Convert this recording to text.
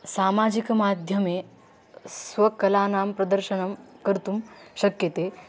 सामाजिकमाध्यमेन स्वकलानां प्रदर्शनं कर्तुं शक्यते